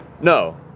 No